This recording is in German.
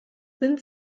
sind